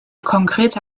konkrete